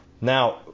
Now